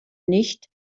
nicht